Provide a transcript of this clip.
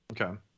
Okay